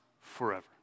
forever